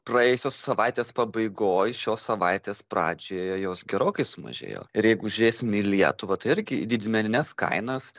praėjusios savaitės pabaigoj šios savaitės pradžioje jos gerokai sumažėjo ir jeigu žiūrėsim į lietuvą tai irgi į didmenines kainas